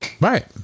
Right